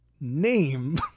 name